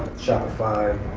shopify.